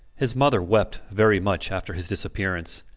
his mother wept very much after his disappearance.